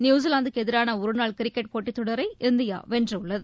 நியூசிவாந்துக்கு எதிரான ஒருநாள் கிரிக்கெட் போட்டித்தொடரை இந்தியா வென்றுள்ளது